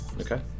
Okay